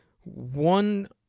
one